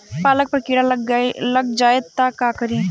पालक पर कीड़ा लग जाए त का करी?